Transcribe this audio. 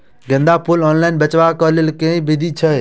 गेंदा फूल ऑनलाइन बेचबाक केँ लेल केँ विधि छैय?